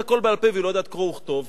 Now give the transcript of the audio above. הכול בעל-פה והיא לא יודעת קרוא וכתוב.